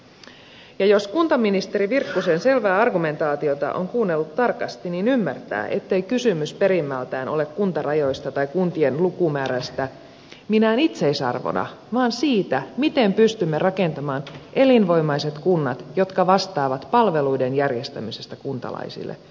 ja jos kuntaministeri virkkusen selvää argumentaatiota on kuunnellut tarkasti niin ymmärtää ettei kysymys perimmältään ole kuntarajoista tai kuntien lukumäärästä minään itseisarvona vaan siitä miten pystymme rakentamaan elinvoimaiset kunnat jotka vastaavat palveluiden järjestämisestä kuntalaisille